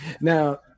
Now